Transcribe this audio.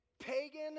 pagan